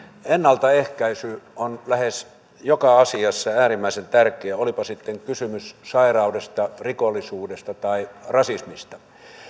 ennaltaehkäisy on lähes joka asiassa äärimmäisen tärkeää olipa sitten kysymys sairaudesta rikollisuudesta tai rasismista